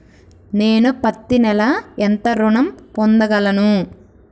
నేను పత్తి నెల ఎంత ఋణం పొందగలను?